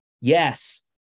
yes